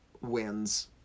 wins